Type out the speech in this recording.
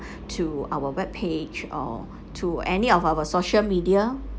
to our web page or to any of our social media